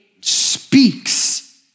speaks